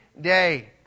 day